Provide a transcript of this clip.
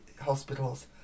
Hospital's